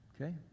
Okay